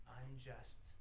unjust